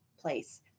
place